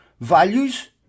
values